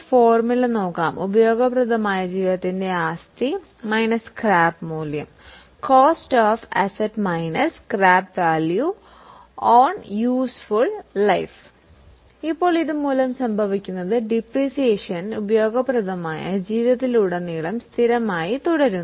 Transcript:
formula കാണാം cost of asset minus scrap value by useful life ഇപ്പോൾ ഇത് കാരണം സംഭവിക്കുന്നത് ഡിപ്രീസിയേഷൻ യൂസ്ഫുൾ ലൈഫിൽ ഉടനീളം കോൺസ്റ്റന്റ് ആയി തുടരുന്നു